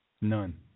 None